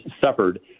suffered